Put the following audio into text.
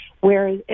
Whereas